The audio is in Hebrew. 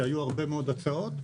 שהיו הרבה מאוד הצעות,